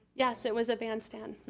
yes, it was a bandstand.